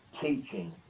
teaching